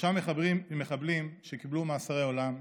שלושה מחבלים שקיבלו מאסרי עולם.